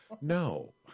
no